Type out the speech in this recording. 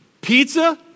Pizza